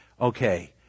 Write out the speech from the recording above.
okay